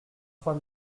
trois